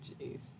Jeez